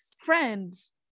friends